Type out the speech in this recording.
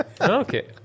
Okay